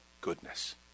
goodness